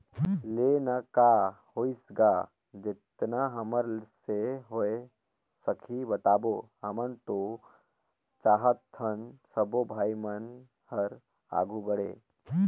ले ना का होइस गा जेतना हमर से होय सकही बताबो हमन तो चाहथन सबो भाई मन हर आघू बढ़े